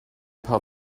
paar